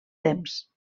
temps